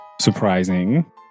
surprising